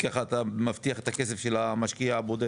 כי כך אתה מבטיח את הכסף של המשקיע הבודד?